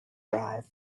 drive